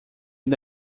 ele